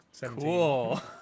Cool